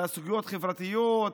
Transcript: לסוגיות חברתיות,